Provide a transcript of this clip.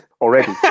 already